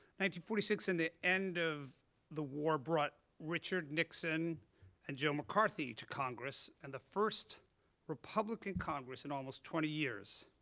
forty six and the end of the war brought richard nixon and joe mccarthy to congress, and the first republican congress in almost twenty years.